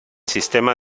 sistema